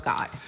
God